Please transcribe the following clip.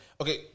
okay